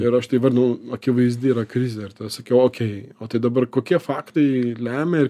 ir aš tai įvardinau akivaizdi yra krizė ir sakiau okei o tai dabar kokie faktai lemia ir